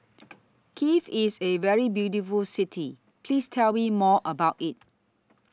Kiev IS A very beautiful City Please Tell Me More about IT